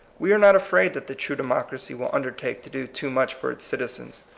we are not afraid that the true democ racy will undertake to do too much for its citizens.